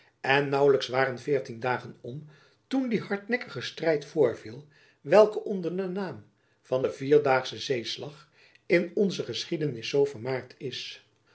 en naauwelijks waren veertien dagen om toen die hardnekkige strijd voorviel welke onder den naam van de vierdaagsche zeeslag in onze jacob van lennep elizabeth musch geschiedenis zoo vermaard is